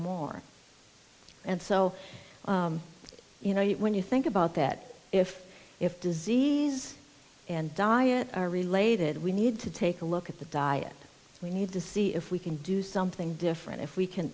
more and so you know when you think about that if if disease and diet are related we need to take a look at the diet we need to see if we can do something different if we can